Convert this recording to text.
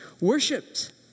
worshipped